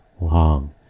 long